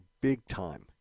big-time